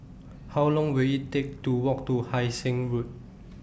How Long Will IT Take to Walk to Hai Sing Road